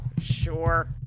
Sure